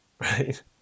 right